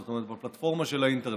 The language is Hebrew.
זאת אומרת בפלטפורמה של האינטרנט.